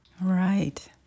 Right